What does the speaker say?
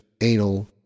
anal